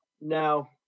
now